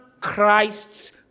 Christ's